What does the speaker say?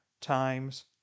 times